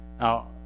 Now